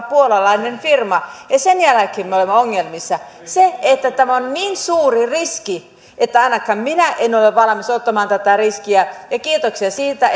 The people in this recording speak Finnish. puolalainen firma ja ja sen jälkeen me olemme ongelmissa tämä on niin suuri riski että ainakaan minä en ole valmis ottamaan tätä riskiä kiitoksia siitä